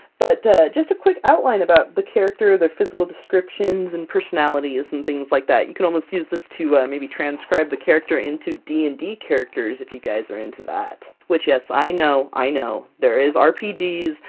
but just a quick outline about the character, of their physical descriptions, and personalities and things like that. you can almost use this to maybe transcribe the character into d and d characters if you guys are into that. which yes i know, i know! there is rpgs.